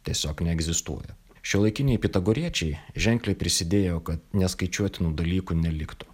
tiesiog neegzistuoja šiuolaikiniai pitagoriečiai ženkliai prisidėjo kad neskaičiuotinų dalykų neliktų